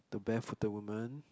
barefooted woman